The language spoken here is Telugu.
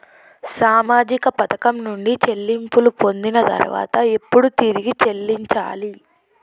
సామాజిక పథకం నుండి చెల్లింపులు పొందిన తర్వాత ఎప్పుడు తిరిగి చెల్లించాలి?